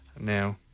now